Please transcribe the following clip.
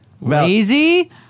Lazy